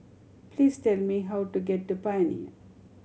please tell me how to get to Pioneer